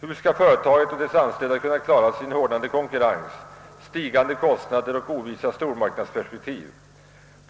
Hur skall företaget och dess anställda kunna klara sig i en hårdnande konkurrens med stigande kostnader och ovissa stormarknadsperspektiv?